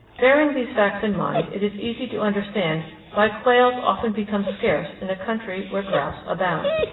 bearing these facts in mind it is easy to understand why quails often become scarce in a country where grouse abound.